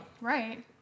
Right